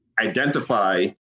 identify